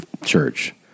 church